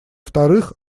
вторых